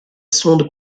sonde